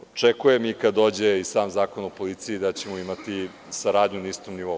Očekujem i kad dođe i sam zakon o policiji da ćemo imati saradnju na istom nivou.